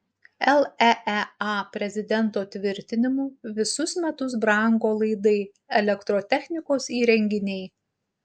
leea prezidento tvirtinimu visus metus brango laidai elektrotechnikos įrenginiai